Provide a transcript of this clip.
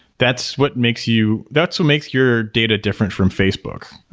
that's what makes you that's what makes your data different from facebook.